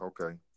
Okay